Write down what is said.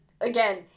again